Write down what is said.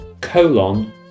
colon